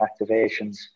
activations